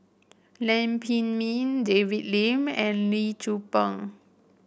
Lam Pin Min David Lim and Lee Tzu Pheng